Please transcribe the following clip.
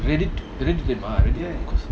reddit தெரியுமா:theriuma